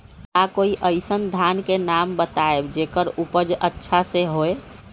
का कोई अइसन धान के नाम बताएब जेकर उपज अच्छा से होय?